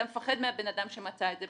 אתה מפחד מהבן אדם שמצא את זה,